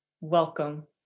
welcome